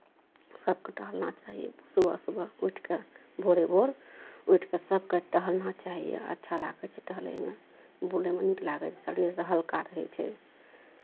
सभकेँ टहलना चाहिए सुबह सुबह उठि कऽ भोरे भोर उठि कऽ सभकेँ टहलना चाही अच्छा लागै छै टहलैमे बुलयमे नीक लागै छै शरीरसँ हलका रहै छै